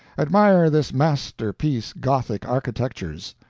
admire this master piece gothic architecture's.